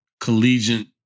collegiate